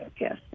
yes